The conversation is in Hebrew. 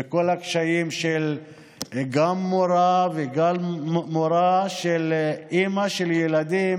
וכל הקשיים שמורה שהיא גם אימא לילדים